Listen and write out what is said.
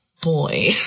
boy